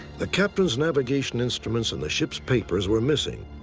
the captain's navigation instruments and the ship's papers were missing.